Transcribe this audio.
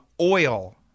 oil